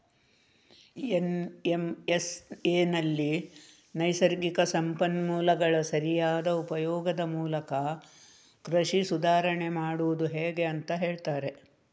ಎನ್.ಎಂ.ಎಸ್.ಎನಲ್ಲಿ ನೈಸರ್ಗಿಕ ಸಂಪನ್ಮೂಲಗಳ ಸರಿಯಾದ ಉಪಯೋಗದ ಮೂಲಕ ಕೃಷಿ ಸುಧಾರಾಣೆ ಮಾಡುದು ಹೇಗೆ ಅಂತ ಹೇಳ್ತಾರೆ